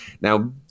Now